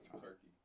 Turkey